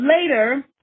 later